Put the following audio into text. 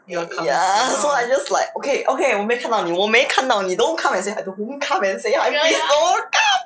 ya ya so I just like okay okay 我没看到你我没看到你 don't come and say hi to me don't come and say hi to me don't come 不要来